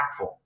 impactful